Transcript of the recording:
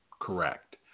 correct